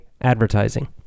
advertising